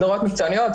לגברים,